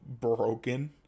broken